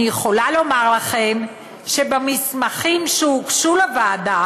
אני יכולה לומר לכם שבמסמכים שהוגשו לוועדה